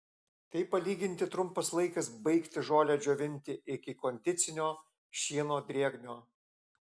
tai palyginti trumpas laikas baigti žolę džiovinti iki kondicinio šieno drėgnio